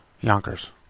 Yonkers